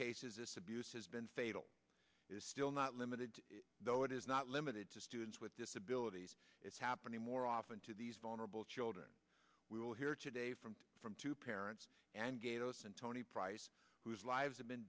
cases this abuse has been fatal is still not limited though it is not limited to students with disabilities it's happening more often to these vulnerable children we will hear today from from two parents and gatos and toni price whose lives have been